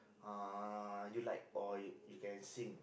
uh you like or you you can sing